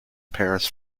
paris